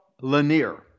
Lanier